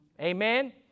Amen